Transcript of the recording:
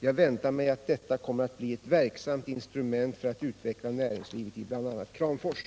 Jag väntar mig att detta kommer att bli ett verksamt instrument för att utveckla näringslivet i bl.a. Kramfors.